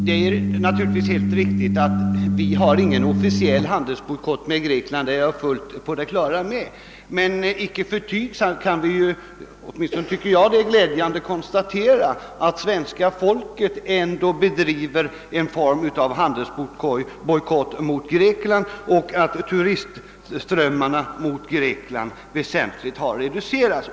Herr talman! Det är helt riktigt att vi inte har någon officiell svensk handelsbojkott mot Grekland; det är jag fullt på det klara med. Men icke förty kan man glädjande nog konstatera att svenska folket bedriver en form av handelsbojkott mot Grekland och att vår turistström till Grekland väsentligt har reducerats.